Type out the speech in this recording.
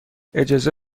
اجازه